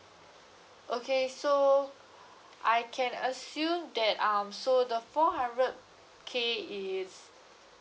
okay so I can assume that um so the four hundred K is